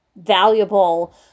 valuable